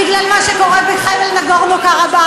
בגלל מה שקורה בחבל נגורנו-קרבאך.